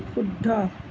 শুদ্ধ